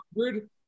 hundred